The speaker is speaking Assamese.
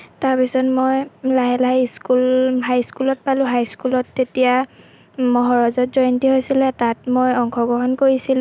তাৰপিছত মই লাহে লাহে স্কুল হাইস্কুলত পালোঁ হাইস্কুলত তেতিয়া মহাৰজত জয়ন্তী হৈছিলে তাত মই অংশগ্ৰহণ কৰিছিলোঁ